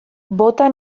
bota